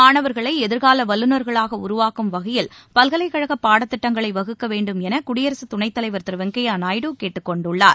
மாணவர்களை எதிர்கால வல்லுர்களாக உருவாக்கும் வகையில் பல்கலைக்கழகப் பாடத்திட்டங்களை வகுக்க வேண்டும் என குடியரசு துணைத் தலைவர் திரு வெங்கய்ய நாயுடு கேட்டுக்கொண்டுள்ளார்